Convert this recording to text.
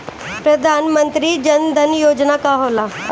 प्रधानमंत्री जन धन योजना का होला?